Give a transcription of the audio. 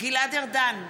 גלעד ארדן,